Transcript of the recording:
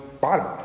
bottom